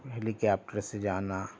helicopter سے جانا